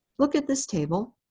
look at this table.